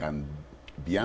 can be